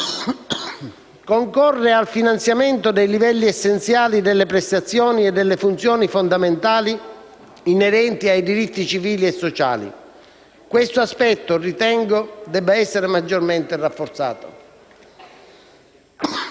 eccezionali, concorre al finanziamento dei livelli essenziali delle prestazioni e delle funzioni fondamentali inerenti ai diritti civili e sociali. Ritengo che questo aspetto debba essere maggiormente rafforzato.